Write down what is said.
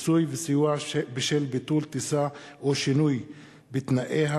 (פיצוי וסיוע בשל ביטול טיסה או שינוי בתנאיה),